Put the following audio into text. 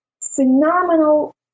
phenomenal